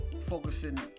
focusing